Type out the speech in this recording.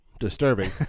disturbing